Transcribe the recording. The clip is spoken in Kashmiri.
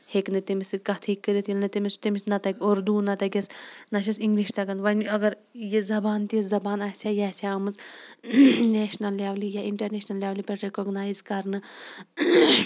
ہیٚکہِ نہٕ تٔمِس سۭتۍ کَتھ ہیٚکہِ کٔرِتھ ییٚلہِ نہٕ تٔمِس تٔمِس نہ تَگہِ اُردوٗ نہ تِگیس نہ چھُس اِنگلِش تَگان وۄنۍ اَگر یہِ زَبان تِژھ زَبان آسہِ ہا یہِ آسہِ ہا آمٕژ نیشنل لیولہِ یا اِنٹرنیشنَل لیولہ پٮ۪ٹھ رِکوگنایز کرنہٕ